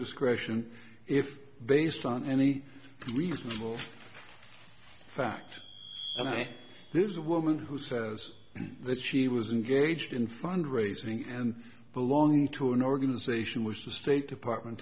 discretion if based on any reasonable fact there's a woman who says that she was engaged in fund raising and belong to an organization which the state department